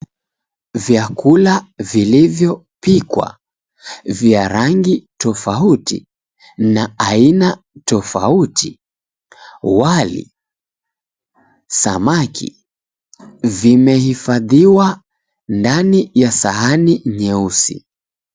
Vyakula vilivyopikwa vya rangi tofauti na aina tofauti wali, samaki vimehifadhiwa ndani ya sahani nyeusi.